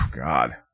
god